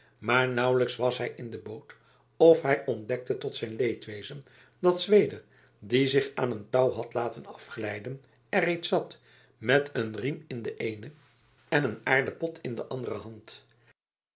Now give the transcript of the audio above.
maar nauwelijks was hij in de boot of hij ontdekte tot zijn leedwezen dat zweder die zich aan een touw had laten afglijden er reeds zat met een riem in de eene en een aarden pot in de andere hand